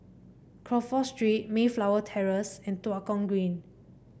Crawford Street Mayflower Terrace and Tua Kong Green